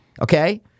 okay